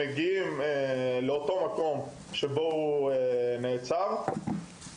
ולכן לא היה אפשר לסגור את המעגל הזה מבחינה נקודתית,